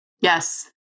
Yes